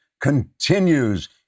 continues